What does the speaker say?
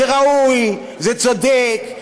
זה ראוי, זה צודק,